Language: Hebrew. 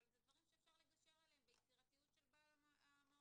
אבל זה דברים שאפשר לגשר עליהם ביצירתיות של בעל המעון